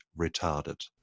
retarded